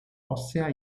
ossea